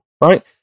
right